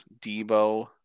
Debo